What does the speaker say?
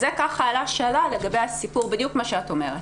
עלתה שאלה, בדיוק מה שאת אומרת,